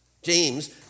James